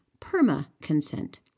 perma-consent